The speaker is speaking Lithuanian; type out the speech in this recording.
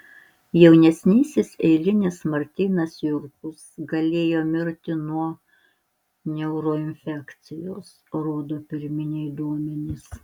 jaunesnysis eilinis martynas jurkus galėjo mirti nuo neuroinfekcijos rodo pirminiai duomenys